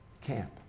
camp